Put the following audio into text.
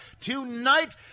tonight